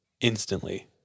Instantly